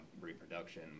reproduction